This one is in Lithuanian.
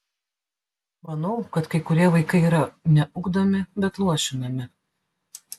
manau kad kai kurie vaikai yra ne ugdomi bet luošinami